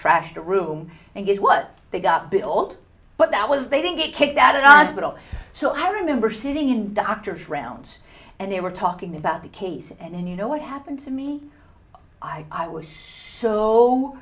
trashed a room and guess what they got bit old but that was they didn't get kicked out or not at all so i remember sitting in doctors rounds and they were talking about the case and you know what happened to me i i was so